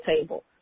table